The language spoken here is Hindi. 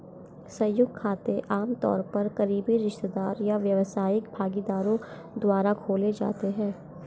संयुक्त खाते आमतौर पर करीबी रिश्तेदार या व्यावसायिक भागीदारों द्वारा खोले जाते हैं